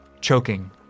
choking